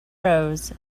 rose